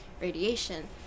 radiation